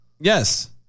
Yes